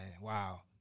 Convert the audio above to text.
wow